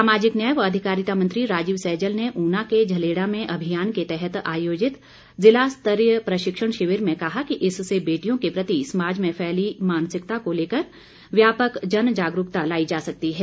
सामाजिक न्याय व अधिकारिता मंत्री राजीव सैजल ने ऊना के झलेड़ा में अभियान के तहत आयोजित जिला स्तरीय प्रशिक्षण शिविर में कहा कि इससे बेटियों के प्रति समाज में फैली मानसिकता को लेकर व्यापक जनजागरूकता लायी जा सकती है